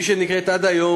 מי שנקראת עד היום,